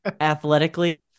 athletically